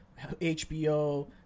HBO